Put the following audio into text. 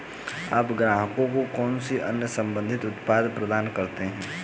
आप ग्राहकों को कौन से अन्य संबंधित उत्पाद प्रदान करते हैं?